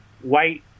white